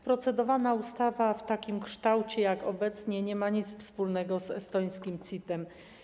Procedowana ustawa w takim kształcie jak obecny nie ma nic wspólnego z estońskim CIT-em.